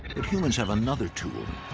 and humans have another tool,